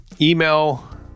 email